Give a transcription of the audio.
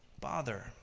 bother